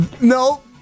no